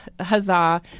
huzzah